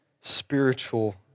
spiritual